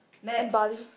and Bali